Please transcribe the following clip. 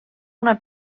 una